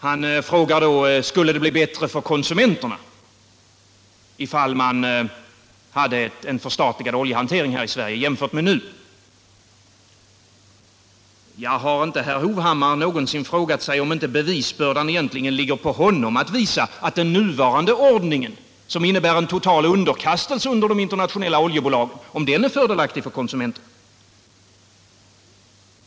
Han frågar: Skulle det bli bättre för konsumenterna om man hade en förstatligad oljehantering här i Sverige, jämfört med nu? Har herr Hovhammar någonsin frågat sig om inte bevisbördan egentligen ligger på honom, att visa om den nuvarande ordningen, som innebär en total underkastelse under de internationella oljebolagen, är fördelaktig för konsumenterna?